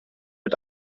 mit